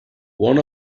one